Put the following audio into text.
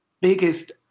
biggest